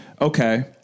okay